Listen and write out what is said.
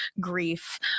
grief